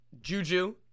Juju